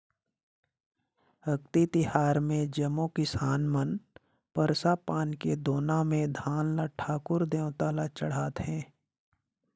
अक्ती तिहार मे जम्मो किसान मन परसा पान के दोना मे धान ल ठाकुर देवता ल चढ़ाथें